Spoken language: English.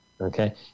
Okay